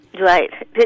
Right